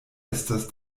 estas